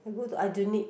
I go to Aljunied